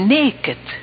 naked